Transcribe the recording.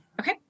Okay